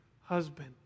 husband